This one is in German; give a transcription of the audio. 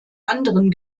anderen